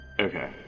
Okay